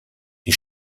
die